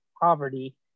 poverty